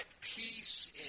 peace